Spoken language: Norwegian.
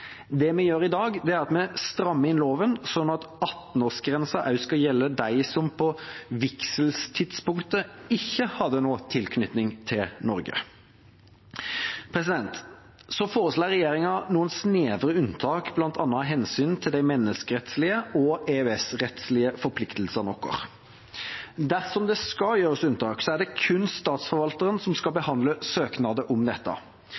Det vi gjør i dag, er at vi strammer inn loven slik at 18-årsgrensa også skal gjelde dem som på vigselstidspunktet ikke hadde noen tilknytning til Norge. Videre foreslår regjeringa noen snevre unntak, bl.a. av hensyn til de menneskerettslige og EØS-rettslige forpliktelsene våre. Dersom det skal gjøres unntak, er det kun statsforvalteren som skal behandle søknader om dette. Vurderingen flyttes dermed fra flere ulike myndigheter til én myndighet. Dette